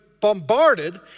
bombarded